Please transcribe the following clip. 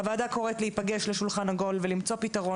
הוועדה קוראת להיפגש לשולחן עגול ולמצוא פתרון